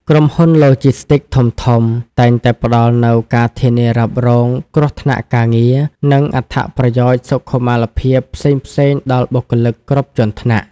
ក្រុមហ៊ុនឡូជីស្ទីកធំៗតែងតែផ្តល់នូវការធានារ៉ាប់រងគ្រោះថ្នាក់ការងារ និងអត្ថប្រយោជន៍សុខុមាលភាពផ្សេងៗដល់បុគ្គលិកគ្រប់ជាន់ថ្នាក់។